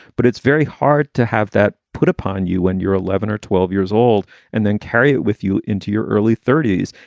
but it's very hard to have that put upon you when you're eleven or twelve years old and then carry it with you into your early thirty s.